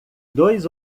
dois